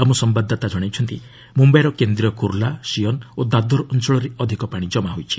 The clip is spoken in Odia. ଆମ ସମ୍ଭାଦଦାତାର ଜଣାଇଛନ୍ତି ମୁମ୍ବାଇର କେନ୍ଦ୍ରୀୟ କୁର୍ଲା ସିଅନ୍ ଓ ଦାଦର ଅଞ୍ଚଳରେ ଅଧିକ ପାଣି ଜମା ହୋଇଯାଇଛି